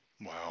Wow